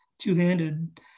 two-handed